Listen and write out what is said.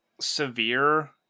severe